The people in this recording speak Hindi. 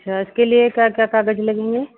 अच्छा उसके लिए क्या क्या कागज लगेंगे